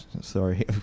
Sorry